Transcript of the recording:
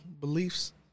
beliefs